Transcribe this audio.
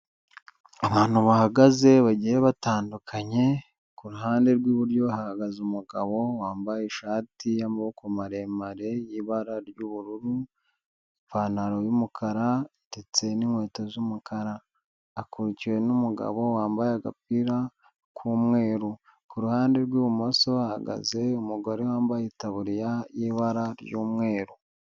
Abantu bahagaze bagiye batandukanye, ku ruhande rw'iburyo hahagaze umugabo wambaye ishati y'amaboko maremare ibara ry'ubururu, ipantaro y'umukara ndetse n'inkweto z'umukara, akurikiwe n'umugabo wambaye agapira k'umweru, ku ruhande rw'ibumoso hahagaze umugore wambaye itaburiya y'ibara ry'umweru.